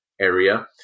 area